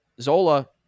Zola